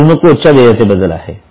हे ऋणकोच्या देयतेबद्दल आहे